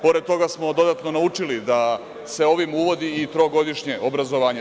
Pored toga smo dodatno naučili da se ovim uvodi i trogodišnje obrazovanje.